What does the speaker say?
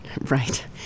Right